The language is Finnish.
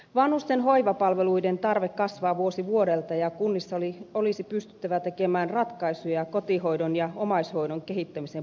vanhusten hoivapalveluiden tarve kasvaa vuosi vuodelta ja kunnissa olisi pystyttävä tekemään ratkaisuja kotihoidon ja omaishoidon kehittämisen puolesta